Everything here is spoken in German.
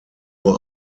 nur